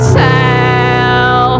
tell